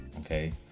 okay